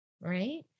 Right